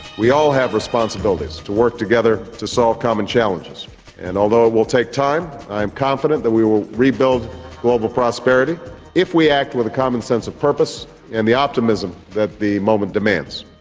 we all have responsibilities to work together to solve common challenges and, although it will take time, i am confident that we will rebuild global prosperity if we act with a common sense of purpose and the optimism that the moment demands.